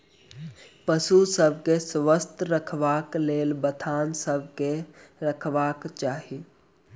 पशु सभ के स्वस्थ रखबाक लेल बथान के साफ रखबाक चाही